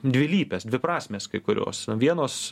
dvilypės dviprasmės kai kurios vienos